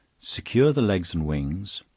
secure the legs and wings,